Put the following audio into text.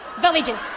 villages